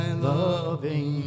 Loving